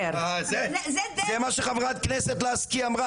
זה מה שחברת הכנסת לסקי אמרה.